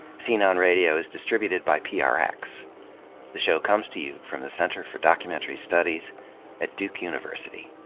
scene on radio is distributed by prx. the show comes to you from the center for documentary studies at duke university